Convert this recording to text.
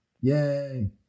Yay